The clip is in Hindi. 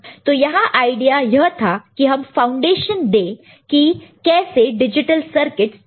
तो यहां आईडिया यह था कि हम फाउंडेशन दे कि कैसे डिजिटल सर्किस बना सकते हैं